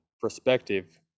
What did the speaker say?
perspective